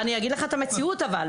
כן, אבל אני אגיד לך את המציאות אבל.